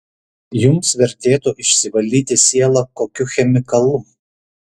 jums vertėtų išsivalyti sielą kokiu chemikalu